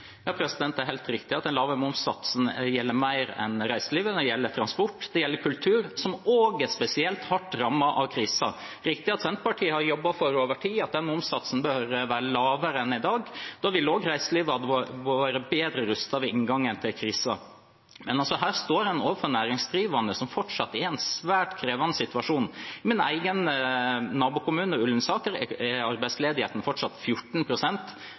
Det er helt riktig at den lave momssatsen gjelder mer enn reiselivet; den gjelder transport og den gjelder kultur, som også er spesielt hardt rammet av krisen. Det er riktig at Senterpartiet over tid har jobbet for at momssatsen bør være lavere enn i dag. Da ville også reiselivet vært bedre rustet ved inngangen til krisen. Men her står en altså overfor næringsdrivende som fortsatt er i en svært krevende situasjon. I min egen nabokommune, Ullensaker, er arbeidsledigheten fortsatt